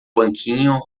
banquinho